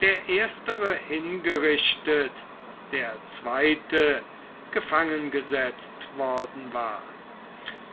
der erstere hingerichtet der zweite gefangengesetzt worden war